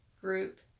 group